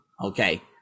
Okay